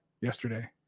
yesterday